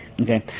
Okay